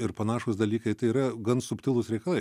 ir panašūs dalykai tai yra gan subtilūs reikalai